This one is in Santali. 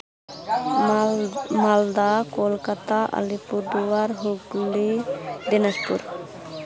ᱢᱟᱞᱫᱟ ᱠᱳᱞᱠᱟᱛᱟ ᱟᱞᱤᱯᱩᱨᱫᱩᱣᱟᱨ ᱦᱩᱜᱽᱞᱤ ᱫᱤᱱᱟᱡᱽᱯᱩᱨ